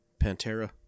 Pantera